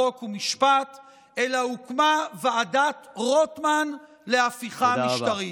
חוק ומשפט אלא הוקמה ועדת רוטמן להפיכה משטרית.